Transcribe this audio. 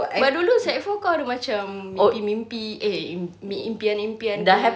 but dulu sec four kau ada macam mimpi-mimpi eh mim~ impian-impian ke